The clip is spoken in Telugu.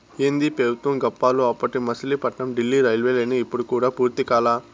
ఏందీ పెబుత్వం గప్పాలు, అప్పటి మసిలీపట్నం డీల్లీ రైల్వేలైను ఇప్పుడు కూడా పూర్తి కాలా